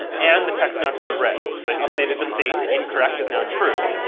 and the text now turned red because i updated the state. incorrect is now true,